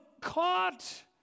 caught